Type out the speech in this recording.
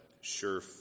sure